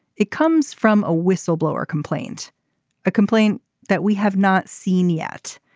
it comes from a whistleblower complaint a complaint that we have not seen yet.